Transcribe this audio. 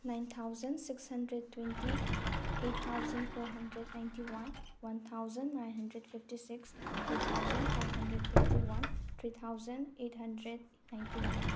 nine thousand six hundred twenty eight thousand four hundred ninety one one thousand nine hundred forty six two thousand five hundred fifty one three thousand eight hundred ninety one